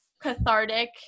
cathartic